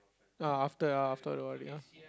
ah after after O_R_D ah